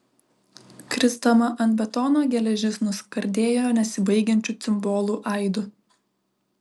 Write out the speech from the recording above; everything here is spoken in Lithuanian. krisdama ant betono geležis nuskardėjo nesibaigiančiu cimbolų aidu